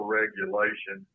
regulation